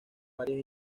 varias